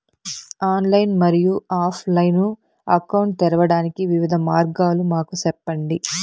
Online మరియు offline account తెరవడానికి వివిధ మార్గాలు మాకు సెప్పండి?